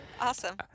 Awesome